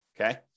Okay